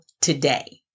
today